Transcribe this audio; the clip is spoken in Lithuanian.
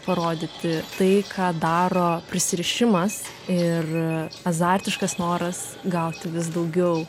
parodyti tai ką daro prisirišimas ir azartiškas noras gauti vis daugiau